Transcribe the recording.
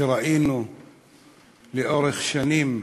שראינו לאורך שנים,